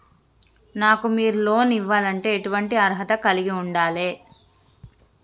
నాకు మీరు లోన్ ఇవ్వాలంటే ఎటువంటి అర్హత కలిగి వుండాలే?